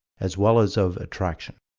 as well as of attraction.